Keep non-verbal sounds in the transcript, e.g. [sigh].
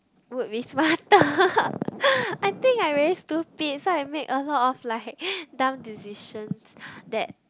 would be smarter [laughs] I think I very stupid so I make a lot of like [breath] dumb decisions that